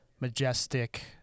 majestic